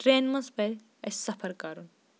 ٹرٛینہِ منٛز پَزِ اَسہِ سفر کَرُن